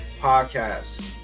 podcast